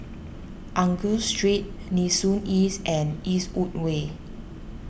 Angus Street Nee Soon East and Eastwood Way